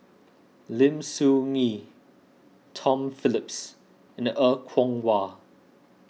Lim Soo Ngee Tom Phillips and Er Kwong Wah